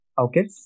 Okay